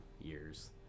years